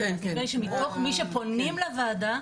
מפני שמתוך מי שפונים לוועדה,